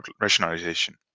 rationalization